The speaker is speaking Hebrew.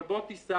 אבל בוא תיסע,